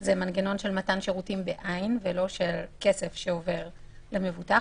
זה מנגנון של מתן שירותים ולא כסף שעובר למבוטח,